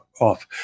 off